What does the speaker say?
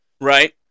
Right